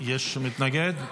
יש מתנגד.